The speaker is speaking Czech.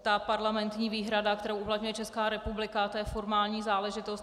Ta parlamentní výhrada, kterou uplatňuje Česká republika, to je formální záležitost.